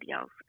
else